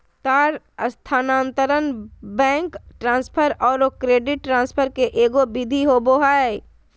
तार स्थानांतरण, bank transfer औरो क्रेडिट ट्रांसफ़र के एगो विधि होबो हइ